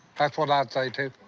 that's what i'd say too.